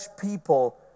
people